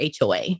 HOA